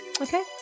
Okay